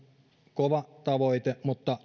kova tavoite mutta